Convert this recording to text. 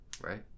right